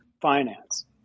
finance